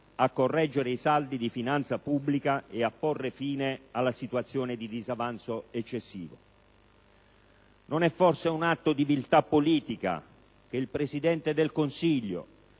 e non oltre il 2 giugno, e a porre fine alla situazione di disavanzo eccessivo? Non è forse un atto di viltà politica che il Presidente del Consiglio,